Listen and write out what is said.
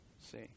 See